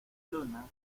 luna